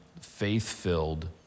faith-filled